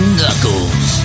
Knuckles